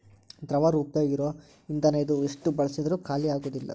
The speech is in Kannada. ದ್ರವ ರೂಪದಾಗ ಇರು ಇಂದನ ಇದು ಎಷ್ಟ ಬಳಸಿದ್ರು ಖಾಲಿಆಗುದಿಲ್ಲಾ